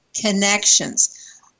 connections